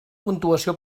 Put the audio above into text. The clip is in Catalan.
puntuació